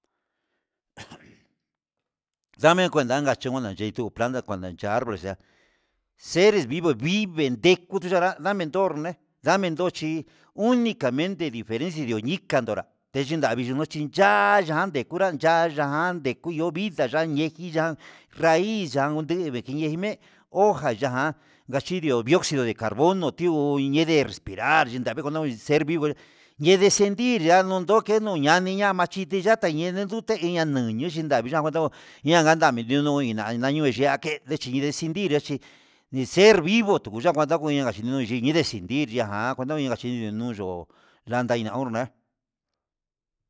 Ndame kuendaga kuenta chito ndaga kuachanguere cha'a, seres vivos veve ndeku chanra nda mento'or ne'e nda mentor chí unicamente diferencia ndi dikanora nichin ndavi chiya'a yande kunra kande ya'á ande ndekoyo vida hya'a yeki ya'a raiz ndakundeme ndekuyion ne'e hoja chi ndio ndoxe nde carbono iho respiral, achindavii ser vivo yeni santir ya'a ndon doke nuu ñami ña'a machiti yata nre den dedute iña nuyuu nama yo yanga ndavii nunio yavii ya'a kee ndecendir ya'a chi dii ser vivo tukuya kuanya kuanña yunuu ndechin yii ikiajan kuenta ndikachi yii nduyo'o yanda nikakui na'a.